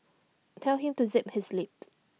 tell him to zip his lips